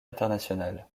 international